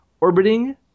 orbiting